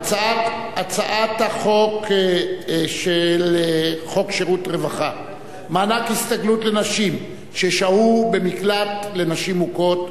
הצעת חוק שירותי רווחה (מענק הסתגלות לנשים ששהו במקלט לנשים מוכות),